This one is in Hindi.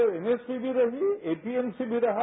तो एमएसपी भी रही और एपीएमसी भी रहा